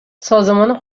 سازمان